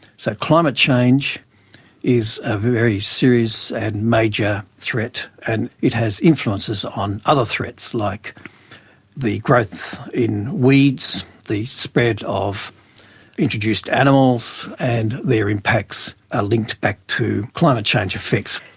so climate change is a very serious and major threat and it has influences on other threats like the growth in weeds, the spread of introduced animals and their impacts are linked back to climate change effects.